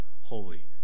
holy